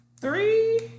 three